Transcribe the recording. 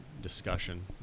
discussion